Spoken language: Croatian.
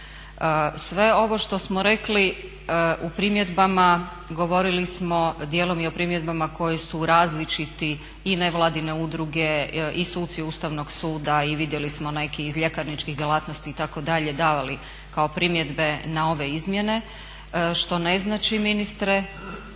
Sve ovo što smo rekli u primjedbama govorili smo dijelom i o primjedbama koje su različiti i nevladine udruge i suci Ustavnog suda i vidjeli smo neki iz ljekarničkih djelatnosti itd…, davali kao primjedbe na ove izmjene. Što ne znači ministre